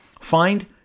Find